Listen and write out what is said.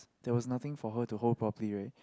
there was nothing for her to hold properly right